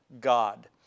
God